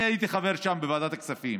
אני הייתי חבר בוועדת הכספים,